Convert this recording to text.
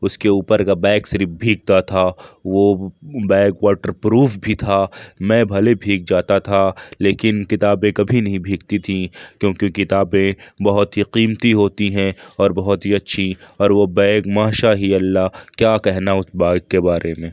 اس کے اوپر کا بیگ صرف بھیگتا تھا وہ بیگ واٹر پروف بھی تھا میں بھلے بھیگ جاتا تھا لیکن کتابیں کبھی نہیں بھیگتی تھیں کیوں کہ کتابیں بہت ہی قیمتی ہوتی ہیں اور بہت ہی اچھی اور وہ بیگ ماشاء ہی اللہ کیا کہنا اس بیگ کے بارے میں